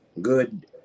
good